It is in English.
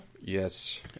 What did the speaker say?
Yes